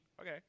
Okay